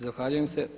Zahvaljujem se.